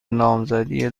نامزدی